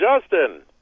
Justin